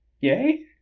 Yay